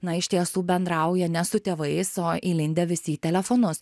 na iš tiesų bendrauja ne su tėvais o įlindę visi į telefonus